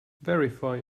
verify